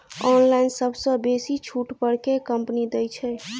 Online सबसँ बेसी छुट पर केँ कंपनी दइ छै?